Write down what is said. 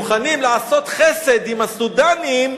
מוכנים לעשות חסד עם הסודנים,